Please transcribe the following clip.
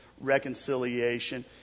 reconciliation